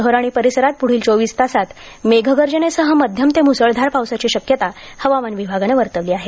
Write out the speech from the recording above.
शहर आणि परिसरांत पुढील चोवीस तासांत मेघगर्जनेसह मध्यम ते मुसळधार पावसाची शक्यता हवामान विभागानं वर्तवली आहे